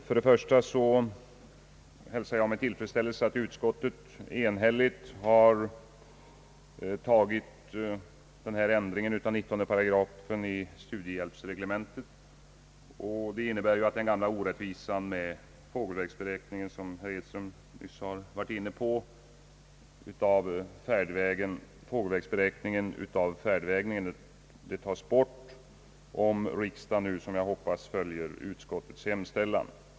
För det första hälsar jag med tillfredsställelse att utskottet enhälligt har godtagit ändringen av 198 i studiehjälpsreglementet, som innebär att den gamla orättvisan med fågelvägsberäkning av färdvägen tas bort — vilket herr Edström nyss har berört — om riksdagen nu som jag hoppas bifaller utskottets hemställan.